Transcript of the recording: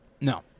No